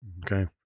Okay